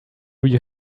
you